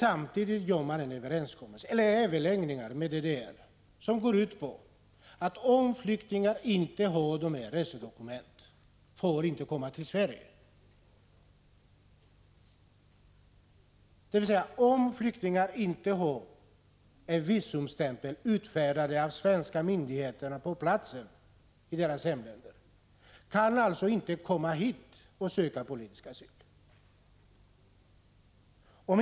Samtidigt för man överläggningar med DDR som går ut på att om flyktingar inte har dessa resedokument får de inte komma till Sverige, dvs. en flykting som inte har någon visumstämpel från den svenska myndigheten på platsen i dennes hemland kan inte komma hit och söka politisk asyl.